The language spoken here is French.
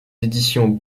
éditions